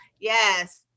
yes